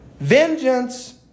Vengeance